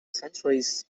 centuries